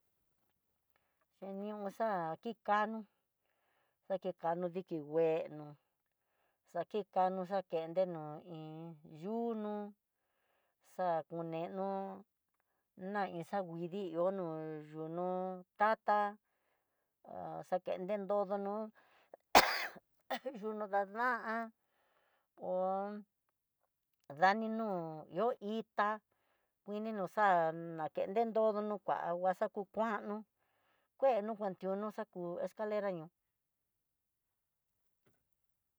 Xhenió xa kikanó akikano diki nguenó xakixano xachende nó iin yunú xa koneno nakuii xanguidi ihó nó yu'ú tata ha xakende nrodo nó, yunu na ná'a hon dani no ihó itá ino xa nakendedo ndondono kiangua ha xa ku kuano kueno kuandiono xa kú escalera ñoo.